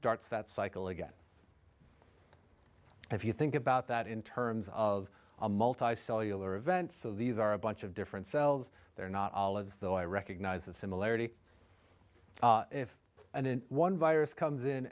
starts that cycle again if you think about that in terms of a multicellular event so these are a bunch of different cells they're not all as though i recognize the similarity if n n one virus comes in